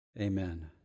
Amen